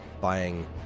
buying